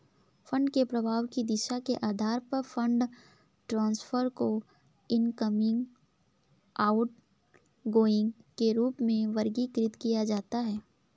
fund के प्रवाह की दिशा के आधार पर फंड ट्रांसफर को इनकमिंग, आउटगोइंग के रूप में वर्गीकृत किया जाता है